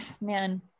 man